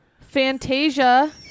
Fantasia